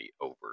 over